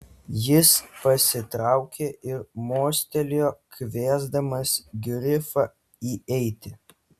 jis pasitraukė ir mostelėjo kviesdamas grifą įeiti